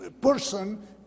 Person